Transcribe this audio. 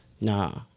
Nah